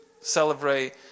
celebrate